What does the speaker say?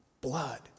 Blood